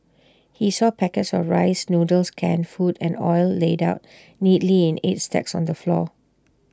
he saw packets of rice noodles canned food and oil laid out neatly in eight stacks on the floor